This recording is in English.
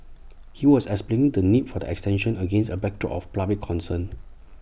he was explain the need for the extension against A backdrop of public concern